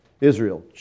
Israel